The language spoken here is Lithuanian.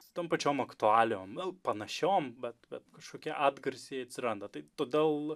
su tom pačiom aktualijom panašiom bet bet kažkokie atgarsiai atsiranda tai todėl